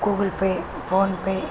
Google pay phone pay